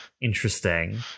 interesting